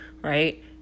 right